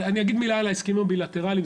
אגיד מילה על ההסכמים בילטראליים,